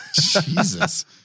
Jesus